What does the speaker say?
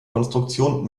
konstruktion